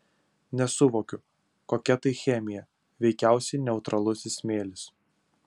nesuvokiu kokia tai chemija veikiausiai neutralusis smėlis